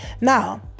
Now